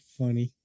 funny